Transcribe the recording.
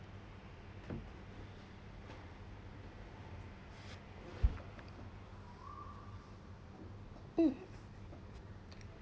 mm